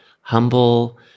humble